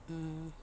mm